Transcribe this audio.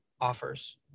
offers